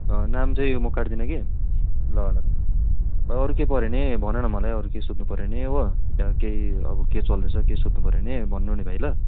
नाम चाहिँ म काट्दिन कि ल ल भाइ अरू केही पर्यो भने भनन मलाई अरू केही सोध्नुपर्यो भने हो त्यहाँ केही अब के चल्दैछ केही सोध्नुपर्यो भने भन्नु नि भाइ ल